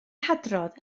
hadrodd